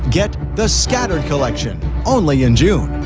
get the scattered collection, only in june.